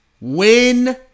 win